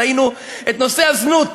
ראינו את נושא הזנות,